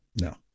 no